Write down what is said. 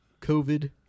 covid